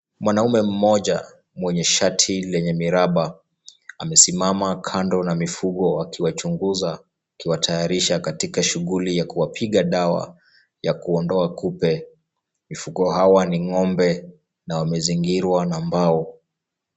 Mwanaume mmoja mwenye shati lenye miraba, amesimama kando ya mifugo akiwachunguza. Akiwatayarisha katika shughuli ya kuwapiga dawa, ya kuondoa kupe. Mifugo hawa ni ng'ombe na wamezingirwa na mbao.